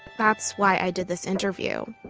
that's why i did this interview.